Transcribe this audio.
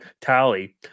Tally